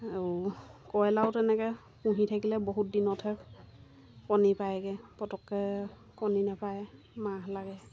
আৰু কয়লাৰো তেনেকৈ পুহি থাকিলে বহুত দিনতহে কণী পাৰেগৈ পটককৈ কণী নাপাৰে মাহ লাগে